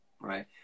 right